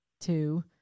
two